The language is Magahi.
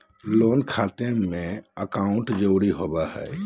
लोन खाते में अकाउंट जरूरी होता है?